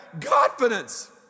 confidence